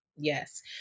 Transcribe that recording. Yes